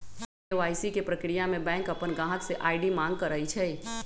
KYC के परक्रिया में बैंक अपन गाहक से आई.डी मांग करई छई